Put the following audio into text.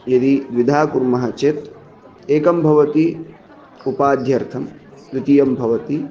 यदि द्विधा कुर्मः चेत् एकं भवति उपाध्यर्थं द्वितीयं भवति